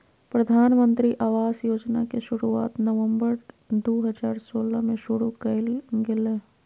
प्रधानमंत्री आवास योजना के शुरुआत नवम्बर दू हजार सोलह में शुरु कइल गेलय